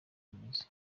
bimeze